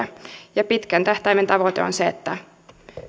rahaeriä pitkän tähtäimen tavoite on se että